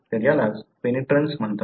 तर यालाच पेनिट्रन्स म्हणतात